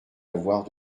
avoir